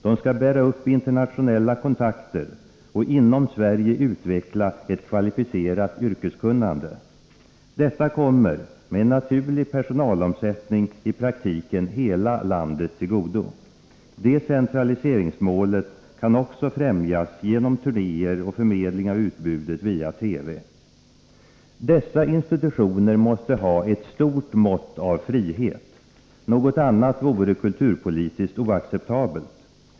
De skall bära upp internationella kontakter och inom Sverige utveckla ett kvalificerat yrkeskunnande, Detta kommer — med en naturlig personalomsättning — i praktiken hela landet till godo. Decentraliseringsmålet kan också främjas genom turnéer och förmedling av utbudet via TV. Dessa institutioner måste ha ett stort mått av frihet. Något annat vore kulturpolitiskt oacceptabelt.